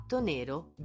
nero